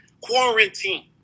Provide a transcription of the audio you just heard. Quarantine